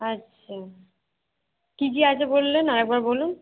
আচ্ছা কি কি আছে বললেন আর একবার বলুন